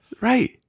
Right